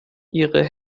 ihre